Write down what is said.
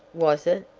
was it?